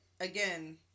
again